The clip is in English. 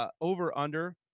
over-under